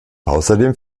außerdem